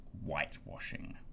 whitewashing